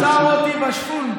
הוא עצר אותי בשוונג.